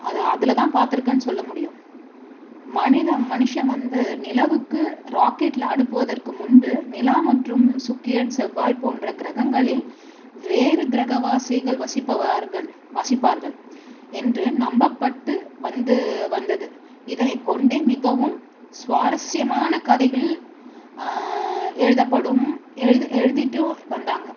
அத அதில்தான் பார்த்துருக்கேன்னு சொல்ல முடியும் மனிதன் மனுஷன் வந்து நிலவுக்கு ராக்கெட்ல அனுப்புவதற்கு முன்பு நிலா மற்றும் சுக்கிரன் செவ்வாய் போன்ற கிரகங்களில் வேறு கிரக வாசிகள் வசிப்பவார்கள் வசிப்பார்கள் என்று நம்பப்பட்டு வந்து வந்தது இதனை கொண்டே மிகவும் சுவாரசியமான கதைகள் எழுதப்படும் எழுதி எழுதிட்டும் வந்தாங்கள்